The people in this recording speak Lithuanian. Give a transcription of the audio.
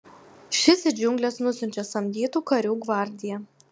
šis į džiungles nusiunčia samdytų karių gvardiją